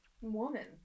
woman